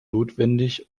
notwendig